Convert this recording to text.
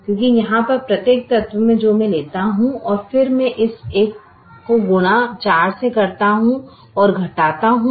इसलिए यहाँ पर प्रत्येक तत्व जो मैं लेता हूँ और फिर मैं इस 1 को 4 से गुणा करता हू और घटाता हूँ